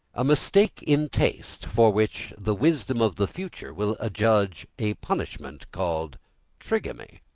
a mistake in taste for which the wisdom of the future will adjudge a punishment called trigamy.